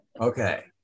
Okay